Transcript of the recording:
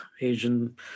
Asian